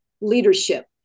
leadership